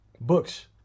Books